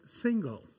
single